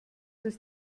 ist